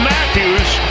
Matthews